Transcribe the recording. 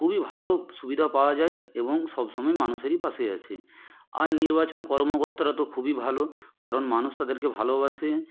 খুবই ভালো সুবিধা পাওয়া যায় এবং সব সময় মানুষেরই পাশে আছে আর নির্বাচন কর্মকর্তারা তো খুবই ভালো কারণ মানুষ তাদেরকে ভালোবাসেন